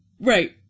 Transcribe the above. Right